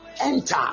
enter